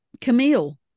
Camille